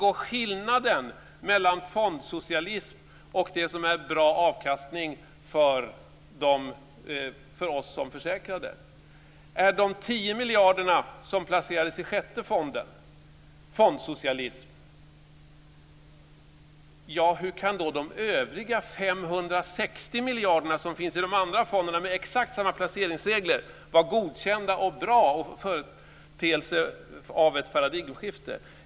Vad är skillnaden mellan fondsocialism och det som är bra avkastning för oss som är försäkrade? Är placeringen av de 10 miljarderna i sjätte fonden fondsocialism? Hur kan då de övriga 560 miljarder som finns i de andra fonderna, med exakt samma placeringsregler, vara godkända och betraktas som bra företeelser i ett paradigmskifte?